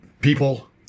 people